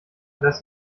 das